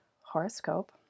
horoscope